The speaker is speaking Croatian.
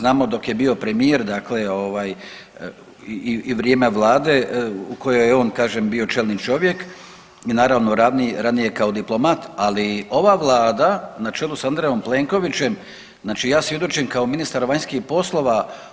Znamo dok je bio premijer, dakle i u vrijeme Vlade u kojoj je on, kažem bio čelni čovjek i naravno ranije kao diplomat ali ova Vlada naravno na čelu sa Andrejom Plenkovićem, znači ja svjedočim kao ministar vanjskih poslova.